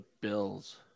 Bills